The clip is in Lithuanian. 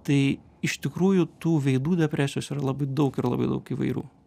tai iš tikrųjų tų veidų depresijos yra labai daug ir labai daug įvairių